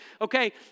okay